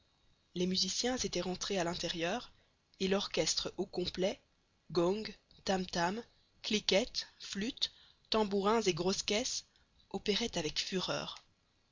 les musiciens étaient rentrés à l'intérieur et l'orchestre au complet gongs tam tams cliquettes flûtes tambourins et grosses caisses opéraient avec fureur